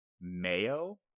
mayo